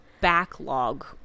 backlog